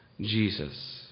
Jesus